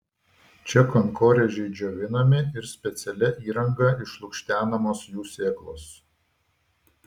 čia kankorėžiai džiovinami ir specialia įranga išlukštenamos jų sėklos